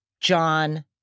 John